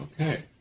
Okay